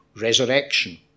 Resurrection